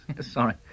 Sorry